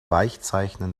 weichzeichnen